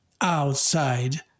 outside